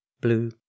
blue